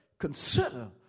Consider